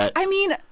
i mean,